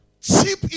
cheap